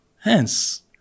Hence